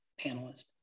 panelist